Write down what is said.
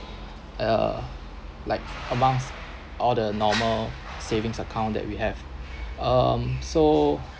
uh like amongst all the normal savings account that we have um so